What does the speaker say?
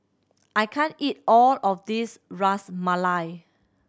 I can't eat all of this Ras Malai